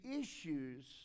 issues